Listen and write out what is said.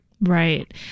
Right